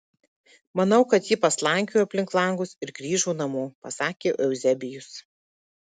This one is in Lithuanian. manau kad ji paslankiojo aplink langus ir grįžo namo pasakė euzebijus